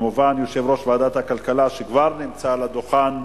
יושב-ראש ועדת הכלכלה, שכבר נמצא על הדוכן,